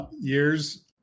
years